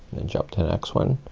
then jump to next one.